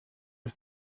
his